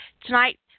Tonight